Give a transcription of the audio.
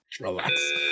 Relax